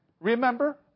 Remember